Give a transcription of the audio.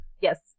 Yes